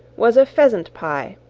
was a pheasant-pie,